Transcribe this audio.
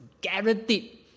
guaranteed